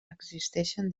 existeixen